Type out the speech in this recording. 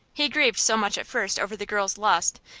he grieved so much at first over the girl's loss,